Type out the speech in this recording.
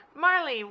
Marley